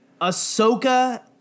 Ahsoka